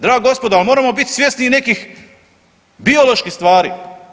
Draga gospodo ali moramo biti svjesni i nekih bioloških stvari.